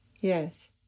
Yes